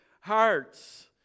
hearts